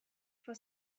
for